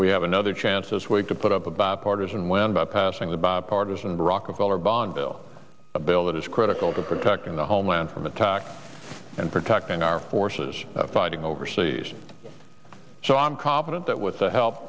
we have another chance this week to put up a bipartisan win by passing the bipartisan rockefeller bond bill a bill that is critical to protecting the homeland from attack and protecting our forces fighting overseas so i'm confident that with the help